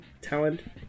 talent